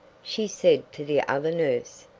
she said to the other nurse.